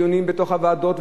ודיונים בוועדות,